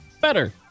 better